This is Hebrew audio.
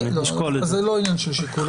זה לא עניין של שיקול.